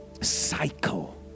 cycle